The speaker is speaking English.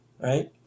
right